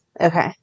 Okay